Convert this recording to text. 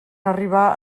arribar